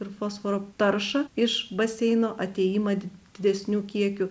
ir fosforo taršą iš baseino atėjimą didesnių kiekių